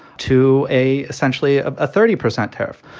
to a essentially a thirty percent tariff.